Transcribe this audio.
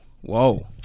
Whoa